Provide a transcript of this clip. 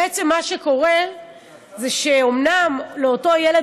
בעצם מה שקורה זה שאומנם לאותו ילד